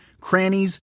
crannies